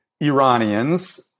Iranians